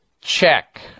Check